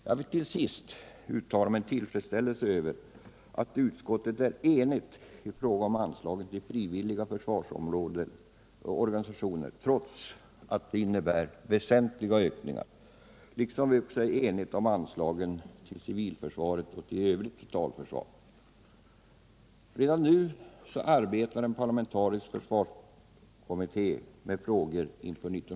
Jag vill till sist uttala min tillfredsställelse över att utskottet är enigt i fråga om anslagen till frivilliga försvarsorganisationer, trots att förslagen innebär väsentliga ökningar, liksom i fråga om anslagen till civilförsvaret och till övrigt totalförsvar.